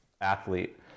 athlete